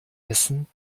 essen